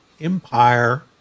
empire